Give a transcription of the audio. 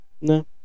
No